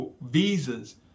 visas